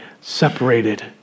separated